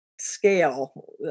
scale